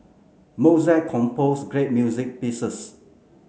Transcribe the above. Mozart composed great music pieces